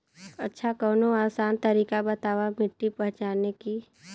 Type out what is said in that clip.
अच्छा कवनो आसान तरीका बतावा मिट्टी पहचाने की?